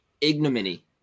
Ignominy